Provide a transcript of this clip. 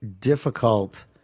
difficult